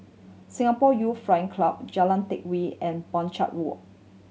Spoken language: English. Singapore Youth Flying Club Jalan Teck Whye and Walk